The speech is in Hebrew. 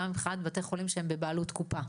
וגם מבחינת בתי חולים שהם בבעלות קופה.